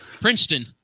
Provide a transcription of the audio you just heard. Princeton